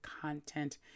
content